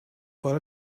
for